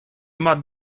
mad